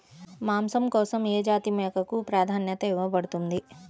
మాంసం కోసం ఏ జాతి మేకకు ప్రాధాన్యత ఇవ్వబడుతుంది?